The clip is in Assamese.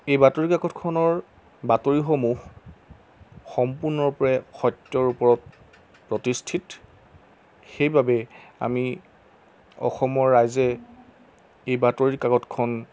এই বাতৰিকাকতখনৰ বাতৰিসমূহ সম্পূৰ্ণৰূপে সত্যৰ ওপৰত প্ৰতিষ্ঠিত সেইবাবে আমি অসমৰ ৰাইজে এই বাতৰিকাকতখন